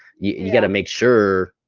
you got to make sure